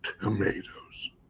tomatoes